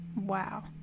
Wow